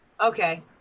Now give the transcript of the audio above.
Okay